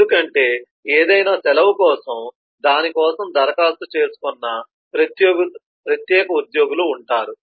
ఎందుకంటే ఏదైనా సెలవు కోసం దాని కోసం దరఖాస్తు చేసుకున్న ప్రత్యేక ఉద్యోగులు ఉంటారరు